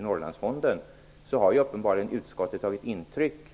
Norrlandsfonden är det uppenbart att utskottet har tagit intryck av motioner.